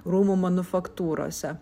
rūmų manufaktūrose